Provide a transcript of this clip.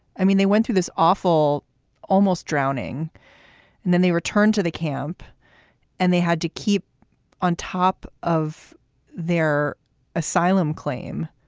i mean, they went through this awful almost drowning and then they returned to the camp and they had to keep on top of their asylum claim.